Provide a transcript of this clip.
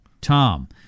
Tom